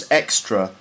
extra